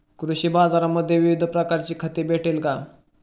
कृषी बाजारांमध्ये विविध प्रकारची खते भेटेल का?